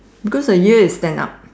because the ear is stand up